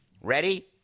Ready